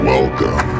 Welcome